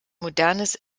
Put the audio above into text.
modernes